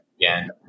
again